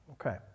okay